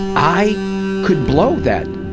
i could blow that,